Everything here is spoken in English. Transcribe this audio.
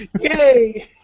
Yay